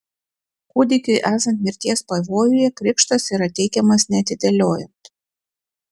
kūdikiui esant mirties pavojuje krikštas yra teikiamas neatidėliojant